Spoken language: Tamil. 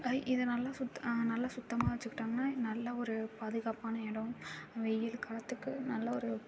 ஐ இதை நல்லா சுத்த நல்லா சுத்தமாக வச்சிக்கிட்டாங்கனா நல்ல ஒரு பாதுகாப்பான இடோம் வெயில் காலத்துக்கு நல்ல ஒரு